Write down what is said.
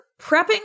prepping